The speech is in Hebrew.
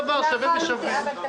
אני רוצה לדבר מילה על העברות התקציב.